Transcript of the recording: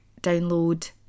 download